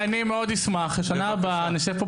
אני מאוד אשמח שבשנה הבאה נשב כאן